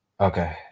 okay